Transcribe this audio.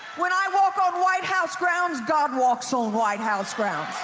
what i walk on white house grounds god walks on white house grounds.